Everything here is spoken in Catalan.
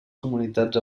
comunitats